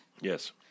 Yes